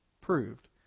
proved